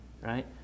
right